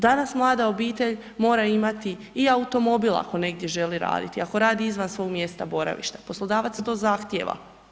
Danas mlada obitelj mora imati i automobil ako negdje želi raditi, ako radi izvan svog mjesta boravišta, poslodavac to zahtijeva.